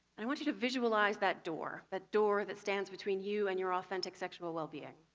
and i want you to visualize that door, that door that stands between you and your authentic sexual well-being.